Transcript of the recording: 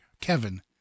Kevin